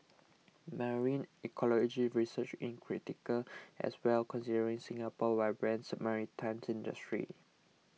marine ecology research in critical as well considering Singapore's vibrant maritime industry